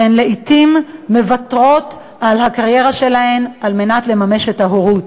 והן לעתים מוותרות על הקריירה שלהן על מנת לממש את ההורות.